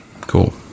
Cool